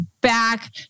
back